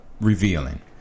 revealing